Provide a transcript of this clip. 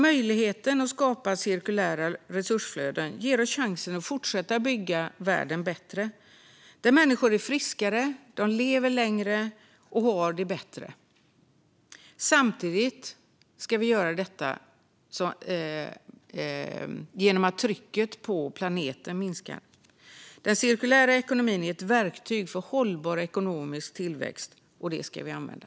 Möjligheten att skapa cirkulära resursflöden ger oss chansen att fortsätta att bygga världen bättre. Det är en värld där människor är friskare, lever längre och har det bättre. Vi ska samtidigt göra detta genom att trycket mot planeten minskar. Den cirkulära ekonomin är ett verktyg för hållbar ekonomisk tillväxt, och det ska vi använda.